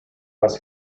was